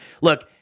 look